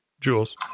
Jules